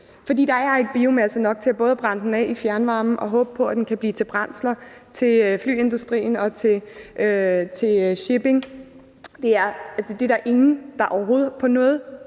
der er ikke biomasse nok til både at brænde den til fjernvarme samt håbe på, at den kan blive til brændsler til flyindustrien og shipping. Der er ingen, der på nogen